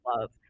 love